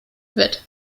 wird